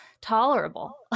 tolerable